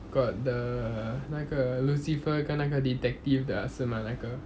got the 那个 lucifer 跟那个 detective 的啊是吗那个